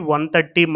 130